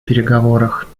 переговорах